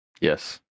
yes